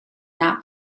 not